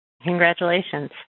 Congratulations